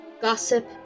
gossip